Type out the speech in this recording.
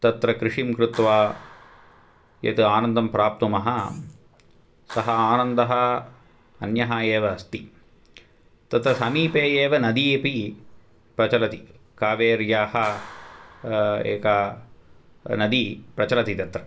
तत्र कृषिं कृत्वा यद् आनन्दं प्राप्नुमः सः आनन्दः अन्यः एव अस्ति तत्र समीपे एव नदी अपि प्रचलति कावेर्याः एका नदी प्रचलति तत्र